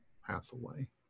Hathaway